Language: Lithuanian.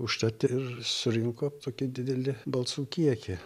užtat ir surinko tokį didelį balsų kiekį